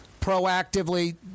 proactively